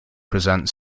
present